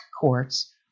courts